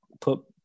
put